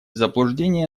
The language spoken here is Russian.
заблуждение